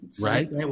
Right